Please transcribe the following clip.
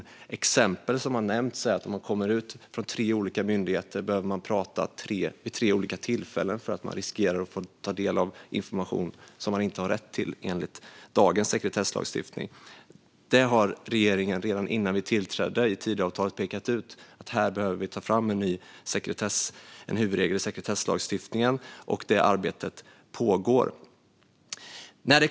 Ett exempel som har nämnts är att man om man kommer ut från tre olika myndigheter behöver prata vid tre olika tillfällen eftersom man riskerar att få ta del av information som man enligt dagens sekretesslagstiftning inte har rätt att ta del av. Redan innan vi i denna regering tillträdde pekade vi ut i Tidöavtalet att vi behöver ta fram en ny huvudregel i sekretesslagstiftningen, och det arbetet pågår.